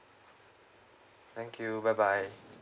thank you bye bye